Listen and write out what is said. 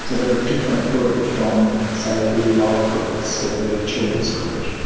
so they're a different group from, say, the lower courts, or the children's court.